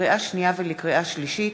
לקריאה שנייה ולקריאה שלישית: